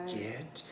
get